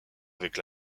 avec